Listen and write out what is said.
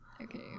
Okay